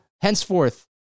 henceforth